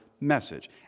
Message